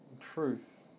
truth